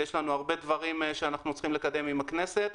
כי יש לנו הרבה דברים שאנחנו צריכים לקדם עם הכנסת,